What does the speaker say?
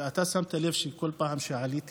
ואתה שמת לב שכל פעם שעליתי